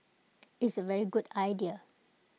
it's A very good idea